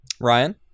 Ryan